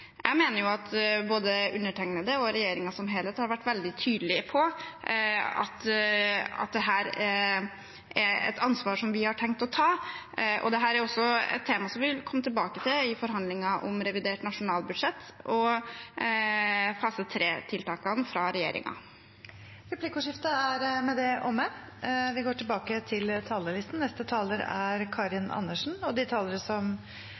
Jeg mener at både undertegnede og regjeringen som helhet har vært veldig tydelig på at dette er et ansvar som vi har tenkt å ta, og dette er også et tema vi vil komme tilbake til i forhandlinger om revidert nasjonalbudsjett og fase 3-tiltakene fra regjeringen. Replikkordskiftet er omme. De talere som heretter får ordet, har også en taletid på inntil 3 minutter. Først er det grunn til å si at det er Stortinget som har forhandlet fram pengene som